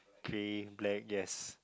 clean black yes